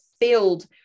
filled